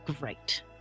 great